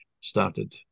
started